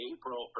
April